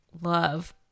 love